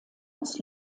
als